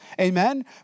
Amen